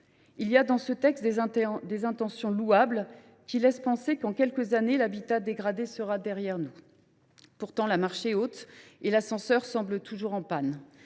Ce texte exprime des intentions louables, qui laissent penser que dans quelques années l’habitat dégradé sera derrière nous. Pourtant, la marche est haute, et l’ascenseur semble toujours en panne